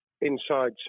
Inside